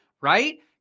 right